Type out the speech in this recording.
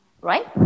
right